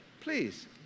Please